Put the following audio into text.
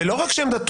ולא רק זאת,